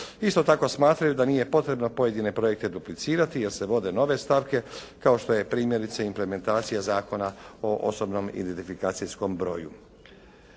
Isto tako, smatraju da nije potrebno pojedine projekte duplicirati jer se vode nove stavke kao što je primjerice implementacija Zakona o osobnom identifikacijskom broju.